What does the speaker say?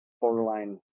borderline